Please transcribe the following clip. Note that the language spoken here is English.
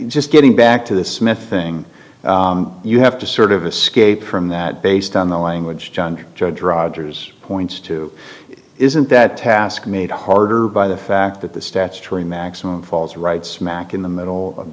just getting back to this smith thing you have to sort of escape from that based on the language john judge rogers points to isn't that task made harder by the fact that the statutory maximum falls right smack in the middle of